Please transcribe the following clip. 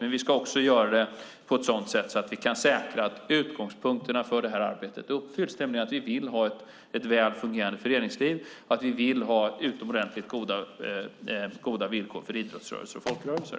Men vi ska också göra det på ett sådant sätt att vi kan säkra att det som är utgångspunkten för arbetet uppfylls, nämligen att vi vill ha ett väl fungerande föreningsliv och att vi vill ha utomordentligt goda villkor för idrotts och folkrörelser.